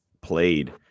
played